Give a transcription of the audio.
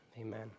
amen